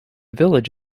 village